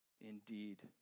Indeed